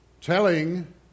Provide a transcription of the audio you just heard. telling